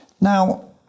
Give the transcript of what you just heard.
Now